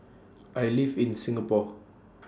I live in Singapore